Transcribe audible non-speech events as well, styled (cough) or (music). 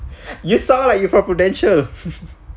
you saw like you from prudential (laughs)